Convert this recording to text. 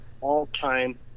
all-time